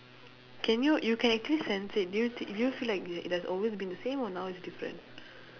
can you you can actually sense it do you thi~ do you feel like it it has always been the same or now it's different